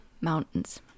Mountains